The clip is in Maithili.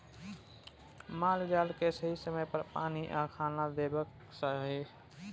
माल जाल केँ सही समय पर पानि आ खाना देबाक चाही